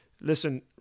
listen